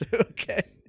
Okay